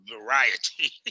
variety